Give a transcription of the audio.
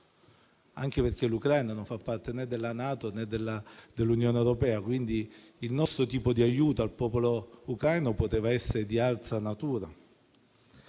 anche perché l'Ucraina non fa parte né della NATO, né dell'Unione europea, quindi il nostro aiuto al popolo ucraino poteva essere di altra natura.